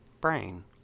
Brain